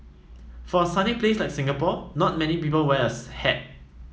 for a sunny place like Singapore not many people wears hat